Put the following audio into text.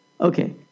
Okay